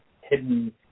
hidden